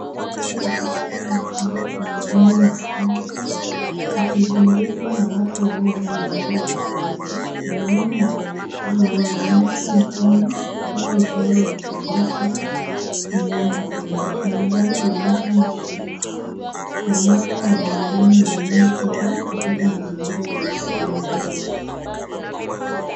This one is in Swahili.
Mtoto wa kifaru anatembea kwenye udongo mwekundu, akizungukwa na watu waliovaa mavazi ya kawaida. Wengine wananyosha mkono kama ishara ya kugusa mnyama huyo. Mandhari huonyesha mshikamano wa binadamu na wanyamapori katika mazingira ya utunzaji.